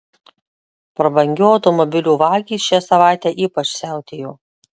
prabangių automobilių vagys šią savaitę ypač siautėjo